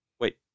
Wait